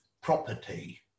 property